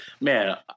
Man